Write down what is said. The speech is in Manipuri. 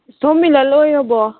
ꯁꯣꯝ ꯃꯤꯂꯜ ꯑꯣꯏꯔꯕꯣ